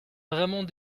vraiment